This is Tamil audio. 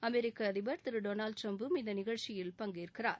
அமெிக்க அதிபர் திரு டொனால்டு ட்டிரம்பும் இந்த நிகழ்ச்சியில் பங்கேற்கிறார்